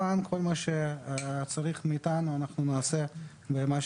כל מה שצריך מאתנו אנחנו נעשה כדי